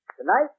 Tonight